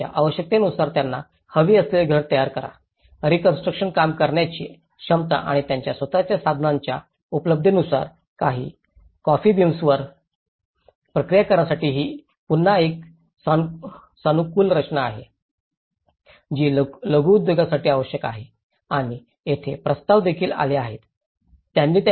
आणि त्यांच्या आवश्यकतेनुसार त्यांना हवे असलेले घर तयार करा रीकॉन्स्ट्रुकशनत काम करण्याची क्षमता आणि त्यांच्या स्वत च्या संसाधनांच्या उपलब्धतेनुसार कॉफी बीन्सवर प्रक्रिया करण्यासाठी ही पुन्हा एक सानुकूल रचना आहे जी लघु उद्योगासाठी आवश्यक आहे आणि तेथे प्रस्ताव देखील आले आहेत